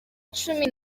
cumi